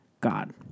God